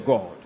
God